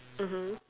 mmhmm